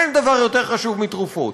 אין דבר יותר חשוב מתרופות.